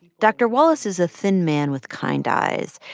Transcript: dr. wallace is a thin man with kind eyes,